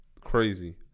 crazy